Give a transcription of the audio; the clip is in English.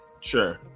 Sure